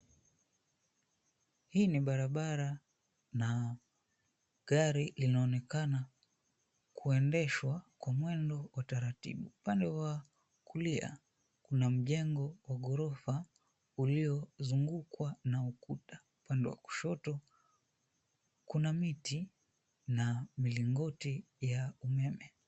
Hii ni barabara na gari linaonekana kuendeshwa kwa mwendo wa taratibu. Upande wa kulia kuna mjengo wa ghorofa uliozungukwa na ukuta. Upande wa kushoto kuna miti na milingoti ya umeme.